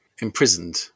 imprisoned